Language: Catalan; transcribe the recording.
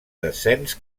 descens